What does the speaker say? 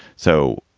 so,